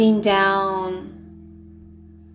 Down